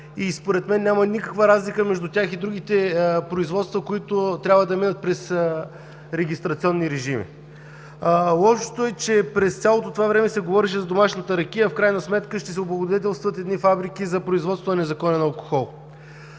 Според мен няма никаква разлика между тях и другите производства, които трябва да минат през регистрационни режими. Лошото е, че през цялото време се говореше за домашната ракия, а в крайна сметка ще се облагодетелстват фабрики за производството на незаконен алкохол.